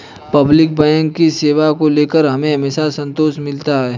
public bank की सेवा को लेकर हमें हमेशा संतोष मिलता है